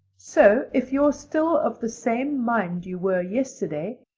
so if you're still of the same mind you were yesterday,